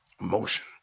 emotion